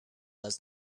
does